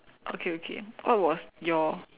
okay okay what was your